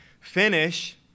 finish